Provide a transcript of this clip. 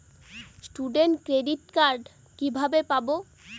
Student credit card কিভাবে পাব?